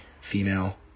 female